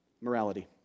morality